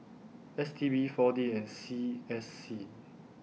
S T B four D and C S C